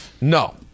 No